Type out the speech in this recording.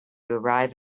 arrive